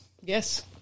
Yes